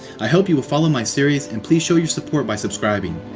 i hope you will follow my series and please show your support by subscribing.